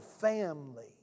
family